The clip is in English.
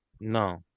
No